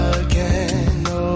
again